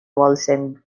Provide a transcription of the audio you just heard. wallsend